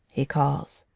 he calls.